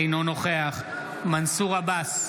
אינו נוכח מנסור עבאס,